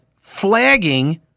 flagging